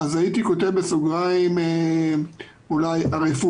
הייתי כותב בסוגריים "הרפואיים"